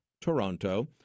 Toronto